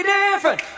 different